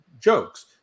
jokes